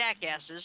jackasses